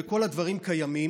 וכל הדברים קיימים